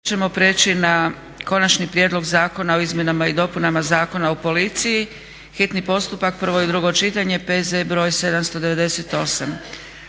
ćemo prijeći na - Konačni prijedlog zakona o izmjenama i dopunama Zakona o policiji, hitni postupak, prvo i drugo čitanje, P.Z. br. 798;